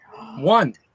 One